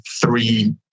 three